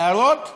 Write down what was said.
הערות,